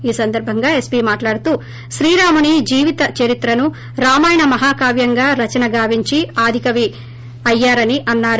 ఈ సందర్బంగా ఎస్సీ మాట్లాడుతూ శ్రీరాముడు జీవితచరిత్రను రామాయణ మహాకావ్యంగా రచన గావించి ఆదికవి అయ్యారని అన్నారు